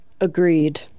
Agreed